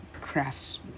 crafts